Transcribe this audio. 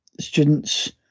students